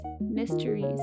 mysteries